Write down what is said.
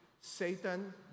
Satan